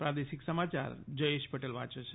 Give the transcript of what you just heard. પ્રાદેશિક સમાચાર જયેશ પટેલ વાંચે છે